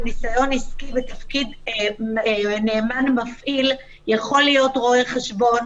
ניסיון עסקי בתפקיד נאמן מפעיל יכול להיות רואה חשבון.